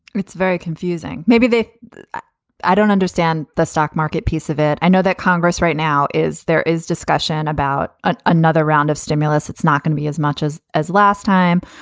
it's very confusing. maybe they don't understand the stock market piece of it. i know that congress right now is there is discussion about ah another round of stimulus. it's not going to be as much as as last time.